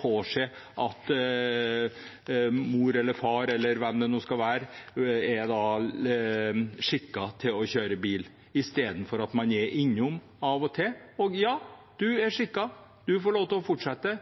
påse at mor eller far eller hvem det nå måtte være, er skikket til å kjøre bil, istedenfor at man er innom legen av og til og det blir sagt: «Ja, du er skikket, du får lov til å fortsette.»